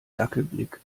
dackelblick